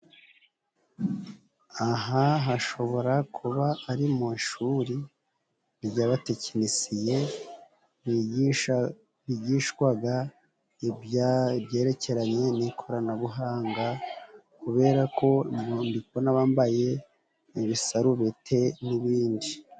Aha hashobora kuba ari mu ishuri ry'abatekinisiye bigisha, bigishwaga ibyerekeranye n'ikoranabuhanga. Kubera ko ndikubona bambaye ibisarubete n'ibindi.